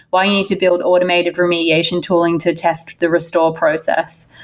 why you need to build automated remediation tooling to test the restore process?